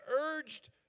urged